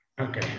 Okay